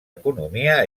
economia